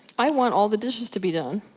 i want all the dishes to be done.